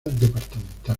departamental